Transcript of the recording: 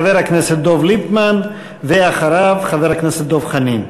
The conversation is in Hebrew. חבר הכנסת דב ליפמן, ואחריו, חבר הכנסת דב חנין.